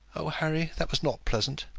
oh, harry, that was not pleasant.